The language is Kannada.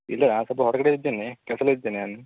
ಇಲ್ಲ ನಾನು ಸ್ವಲ್ಪ ಹೊರಗಡೆ ಇದ್ದೇನೆ ಕೆಲಸದಲ್ಲಿ ಇದ್ದೇನೆ ನಾನು